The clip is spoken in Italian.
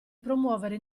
promuovere